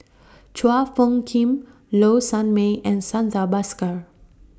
Chua Phung Kim Low Sanmay and Santha Bhaskar